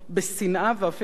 ואפילו באלימות.